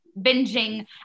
binging